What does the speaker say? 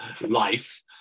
life